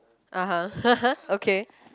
(uh huh) okay